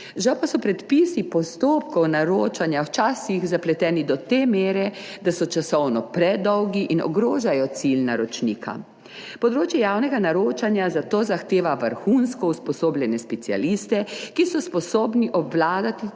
Žal pa so predpisi postopkov naročanja včasih zapleteni do te mere, da so časovno predolgi in ogrožajo cilj naročnika. Področje javnega naročanja zato zahteva vrhunsko usposobljene specialiste, ki so sposobni obvladati